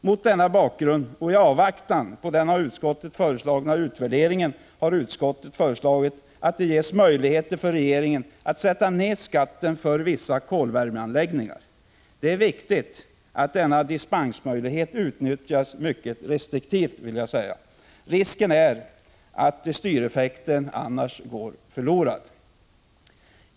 Mot denna bakgrund och i avvaktan på på den av utskottet föreslagna utvärderingen, har utskottet föreslagit att det ges möjligheter för regeringen att sätta ned skatten för vissa kolvärmeanläggningar. Det är viktigt att denna dispensmöjlighet utnyttjas mycket restriktivt. Annars är det risk för att styreffekten går förlorad.